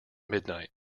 midnight